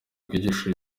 ryigisha